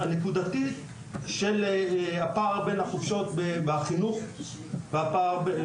הפער בין החופשות בחינוך לחופשות במשק.